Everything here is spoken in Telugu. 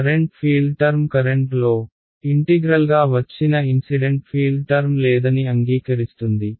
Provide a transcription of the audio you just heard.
కరెంట్ ఫీల్డ్ టర్మ్ కరెంట్లో ఇంటిగ్రల్గా వచ్చిన ఇన్సిడెంట్ ఫీల్డ్ టర్మ్ లేదని అంగీకరిస్తుంది